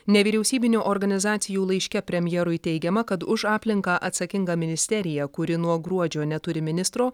nevyriausybinių organizacijų laiške premjerui teigiama kad už aplinką atsakinga ministerija kuri nuo gruodžio neturi ministro